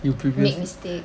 make mistakes